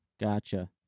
Gotcha